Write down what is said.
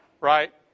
right